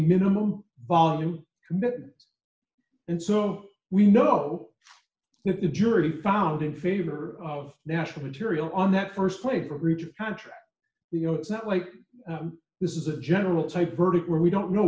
minimum volume commit and so we know that the jury found in favor of national the tiriel on that st play for each country you know it's not like this is a general type verdict where we don't know